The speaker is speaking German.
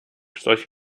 solche